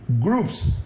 groups